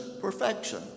perfection